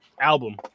album